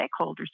stakeholders